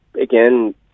Again